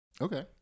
Okay